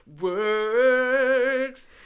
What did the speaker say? works